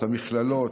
מהמכללות,